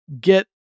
get